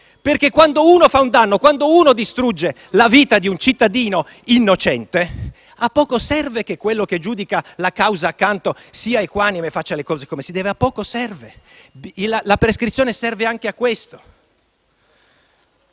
perché quando un magistrato fa un danno, quando distrugge la vita di un cittadino innocente, a poco serve che quello che giudica la causa accanto sia equanime e faccia le cose come si deve. La prescrizione serve anche a questo.